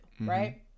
right